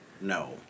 No